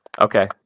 Okay